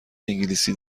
انگلیسی